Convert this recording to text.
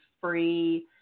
free